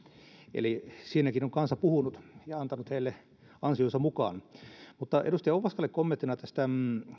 eli siinäkin on kansa puhunut ja antanut heille ansionsa mukaan edustaja ovaskalle kommenttina tästä